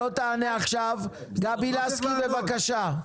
גבי לסקי, בבקשה.